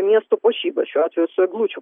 miesto puošyba šiuo atveju su eglučių